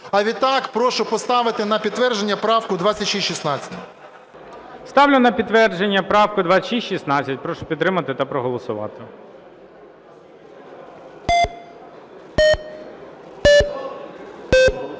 А відтак прошу поставити на підтвердження правку 2616. ГОЛОВУЮЧИЙ. Ставлю на підтвердження правку 2616. Прошу підтримати та проголосувати.